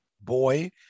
boy